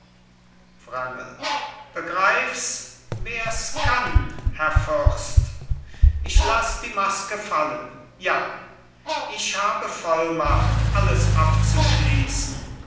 wrangel begreifs wers kann herr fürst ich laß die maske fallen ja ich habe vollmacht alles abzuschließen